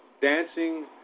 dancing